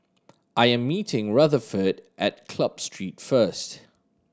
I am meeting Rutherford at Club Street first